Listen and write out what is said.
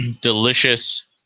Delicious